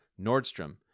Nordstrom